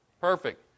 Perfect